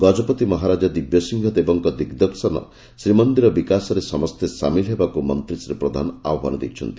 ଗଜପତି ମହାରାଜା ଦିବ୍ୟସିଂହ ଦେବଙ୍କ ଦିଗ୍ଦର୍ଶନ ଶ୍ରୀମନ୍ଦିର ବିକାଶରେ ସମସେ ସାମିଲ ହେବାକୁ ମନ୍ଦୀ ଶ୍ରୀ ପ୍ରଧାନ ଆହ୍ୱାନ ଦେଇଛନ୍ତି